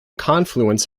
confluence